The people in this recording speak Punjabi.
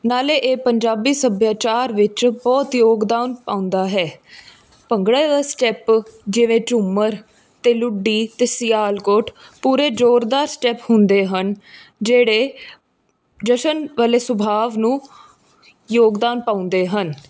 ਨਾਲੇ ਇਹ ਪੰਜਾਬੀ ਸੱਭਿਆਚਾਰ ਵਿੱਚ ਬਹੁਤ ਯੋਗਦਾਨ ਪਾਉਂਦਾ ਹੈ ਭੰਗੜੇ ਦਾ ਸਟੈੱਪ ਜਿਵੇਂ ਝੂੰਮਰ ਅਤੇ ਲੁੱਡੀ ਅਤੇ ਸਿਆਲਕੋਟ ਪੂਰੇ ਜ਼ੋਰਦਾਰ ਸਟੈੱਪ ਹੁੰਦੇ ਹਨ ਜਿਹੜੇ ਜਸ਼ਨ ਵਾਲੇ ਸੁਭਾਵ ਨੂੰ ਯੋਗਦਾਨ ਪਾਉਂਦੇ ਹਨ